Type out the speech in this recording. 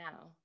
now